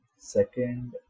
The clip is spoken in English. Second